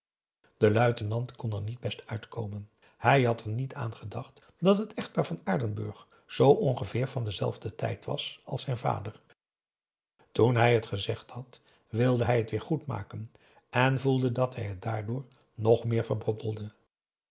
de luitenant kon er niet best uitkomen hij had er niet aan gedacht dat het echtpaar van aardenburg zoo ongeveer van denzelfden tijd was als zijn vader toen hij het gezegd had wilde hij het weer goed maken en voelde dat hij t daardoor nog meer verbroddelde